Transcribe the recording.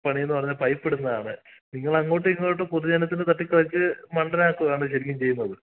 പണി എന്ന് പറഞ്ഞ പൈപ്പ് ഇടുന്നതാണ് നിങ്ങൾ അങ്ങോട്ടും ഇങ്ങോട്ടും പൊതു ജനത്തിനെ തട്ടിക്കളിച്ച് മണ്ടനാക്കുകയാണ് ശരിക്കും ചെയ്യുന്നത്